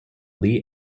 lee